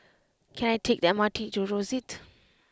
can I take the M R T to Rosyth